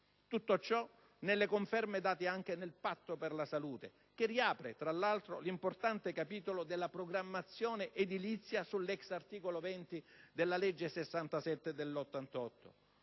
Tutto ciò nelle conferme date anche nel "Patto per la salute" che riapre, tra l'altro, l'importante capitolo della programmazione edilizia sull'ex articolo 20 della legge n. 67 del 1988.